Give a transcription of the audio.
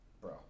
bro